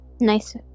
Nice